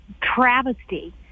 travesty